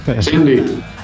Cindy